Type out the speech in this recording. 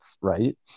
right